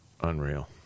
Unreal